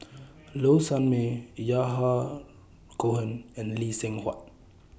Low Sanmay Yahya Cohen and Lee Seng Huat